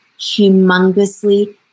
humongously